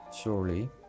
Surely